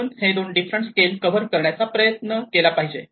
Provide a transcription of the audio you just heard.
म्हणून हे दोन डिफरंट स्केल कव्हर करण्याचा प्रयत्न केला पाहिजे